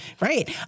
Right